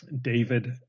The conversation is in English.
David